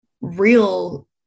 real